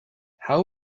how